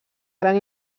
gran